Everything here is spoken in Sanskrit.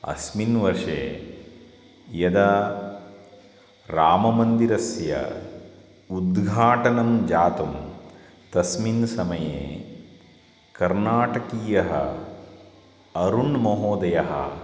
अस्मिन् वर्षे यदा रामन्दिरस्य उद्घाटनं जातं तस्मिन् समये कर्नाटकीयः अरुणमहोदयः